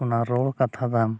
ᱚᱱᱟ ᱨᱚᱲ ᱠᱟᱛᱷᱟ ᱛᱟᱢ